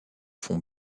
fond